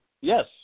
yes